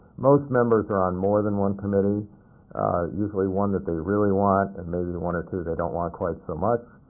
most members are on more than one committee usually one that they really want and maybe one or two they don't want quite so much.